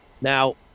Now